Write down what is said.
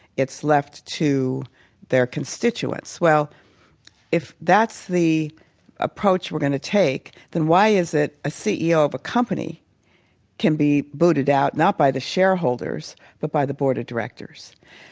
it's left to their constituents. well if that's the approach we're going to take then why is it a ceo of a company can be booted out, not by the shareholders, but by the board of directors.